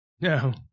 No